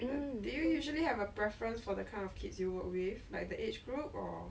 um